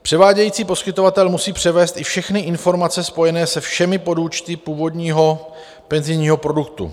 Převádějící poskytovatel musí převést i všechny informace spojené se všemi podúčty původního penzijního produktu.